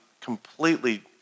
completely